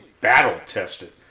battle-tested